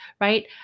right